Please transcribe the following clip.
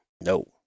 No